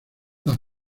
las